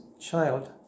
child